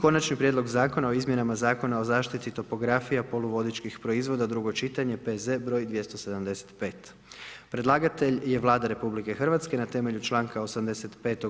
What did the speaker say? Konačni prijedlog Zakona o izmjenama Zakona o zaštiti topografija poluvodičkih proizvoda, drugo čitanje P.Z. br. 275 Predlagatelj je Vlada RH na temelju čl. 85.